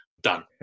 Done